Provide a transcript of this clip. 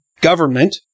government